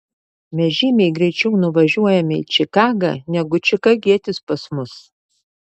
mes žymiai greičiau nuvažiuojame į čikagą negu čikagietis pas mus